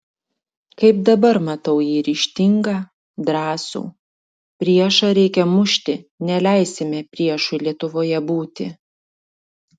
kaip dabar matau jį ryžtingą drąsų priešą reikia mušti neleisime priešui lietuvoje būti